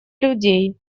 людей